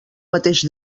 mateix